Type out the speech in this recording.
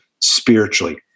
spiritually